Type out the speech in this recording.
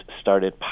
started